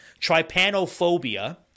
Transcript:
trypanophobia